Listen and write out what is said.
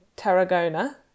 Tarragona